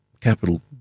capital